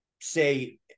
say